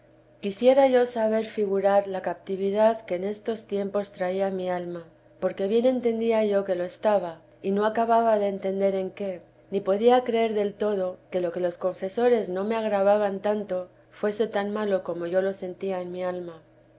quisiera yo saber figurar la captividad que en estos tiempos traía mi alma porque bien entendía yo que lo estaba y no acababa de entender en qué ni podía creer del todo que lo que los confesores no me agravaban tanto fuese tan malo como yo lo sentía en mi alma